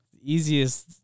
easiest